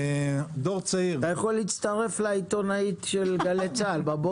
דור צעיר --- אתה יכול להצטרף לעיתונאית של גלי צה"ל בבוקר,